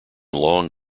long